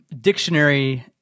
dictionary